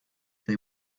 they